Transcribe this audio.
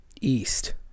East